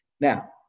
now